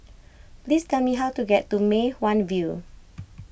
please tell me how to get to Mei Hwan View